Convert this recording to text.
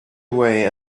away